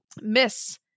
Miss